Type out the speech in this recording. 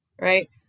right